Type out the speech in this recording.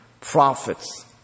prophets